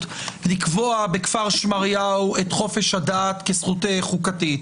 לקבוע בכפר שמריהו את חופש הדת כזכות חוקתית?